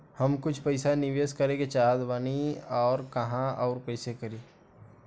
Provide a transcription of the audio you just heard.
हम कुछ पइसा निवेश करे के चाहत बानी और कहाँअउर कइसे करी?